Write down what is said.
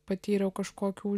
patyriau kažkokių